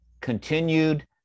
continued